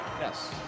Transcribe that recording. Yes